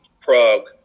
Prague